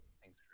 Thanks